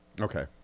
Okay